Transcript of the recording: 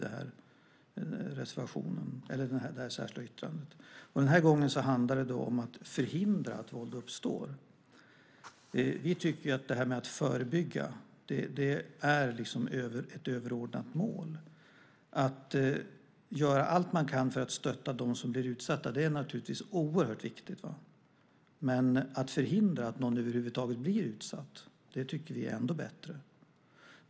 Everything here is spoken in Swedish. Den här gången handlar det om att förhindra att våld uppstår. Vi tycker att förebyggande är ett överordnat mål. Att göra allt man kan för att stötta dem som blir utsatta är naturligtvis oerhört viktigt. Men att förhindra att någon över huvud taget blir utsatt tycker vi är ännu bättre.